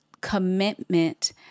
commitment